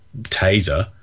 taser